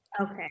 Okay